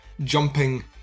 jumping